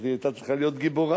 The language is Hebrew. אז היא היתה צריכה להיות גיבורה.